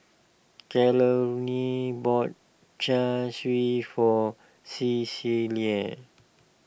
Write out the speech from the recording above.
Carolyne bought Char Siu for Cecilia